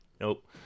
Nope